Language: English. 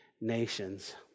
nations